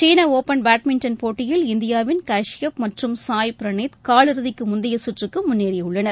சீன open badminton போட்டியில் இந்தியாவின் கஷ்யப் மற்றும் சாய் பிரனீத் காலிறுதிக்கு முந்தைய சுற்றுக்கு முன்னேறியுள்ளனர்